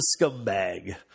scumbag